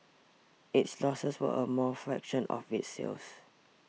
its losses were a mall fraction of its sales